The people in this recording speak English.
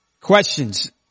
Questions